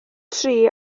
tri